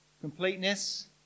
Completeness